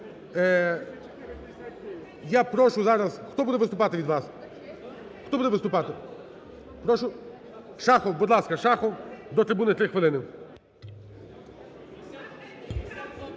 Я прошу зараз… Хто буде виступати від вас? Хто буде виступати? Прошу? Шахов. Будь ласка, Шахов, до трибуни. 3 хвилини.